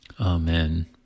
Amen